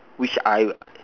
which I'll